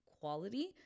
quality